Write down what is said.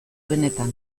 benetan